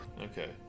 Okay